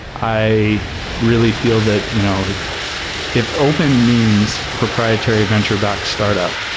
i really feel that you know if if open means proprietary venture back startup,